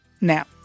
Now